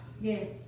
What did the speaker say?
Yes